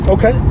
Okay